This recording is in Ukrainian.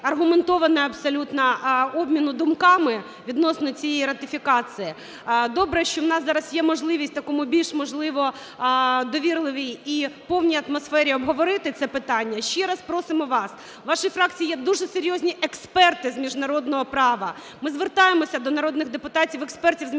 аргументованого абсолютно обміну думками відносно цієї ратифікації. Добре, що у нас зараз є можливість в такому, в більш, можливо, довірливій і повній атмосфері обговорити це питання. Ще раз просимо вас. У вашій фракції є дуже серйозні експерти з міжнародного права. Ми звертаємось до народних депутатів – експертів з міжнародного права